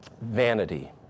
vanity